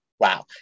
Wow